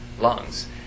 lungs